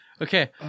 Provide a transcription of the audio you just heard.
Okay